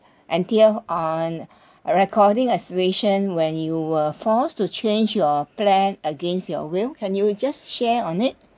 anthea on a recording a situation when you were forced to change your plan against your will can you just share on it